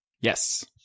Yes